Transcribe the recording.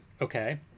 Okay